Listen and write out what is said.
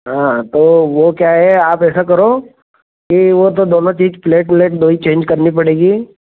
हाँ तो वह क्या है आप ऐसा करो कि वह तो दोनों चीज प्लेट व्लेट दोनों ही चेंज करनी पड़ेगी